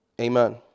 amen